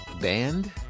band